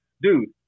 dude